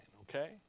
okay